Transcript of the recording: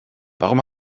warum